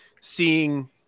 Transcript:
seeing